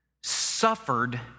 suffered